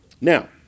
Now